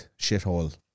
shithole